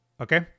Okay